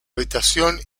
habitación